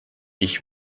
ich